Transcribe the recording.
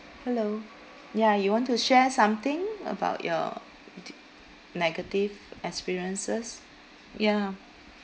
hello ya you want to share something about your d~ negative experiences ya